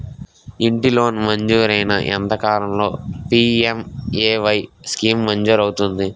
ఇంటి లోన్ మంజూరైన ఎంత కాలంలో పి.ఎం.ఎ.వై స్కీమ్ మంజూరు అవుతుంది?